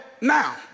now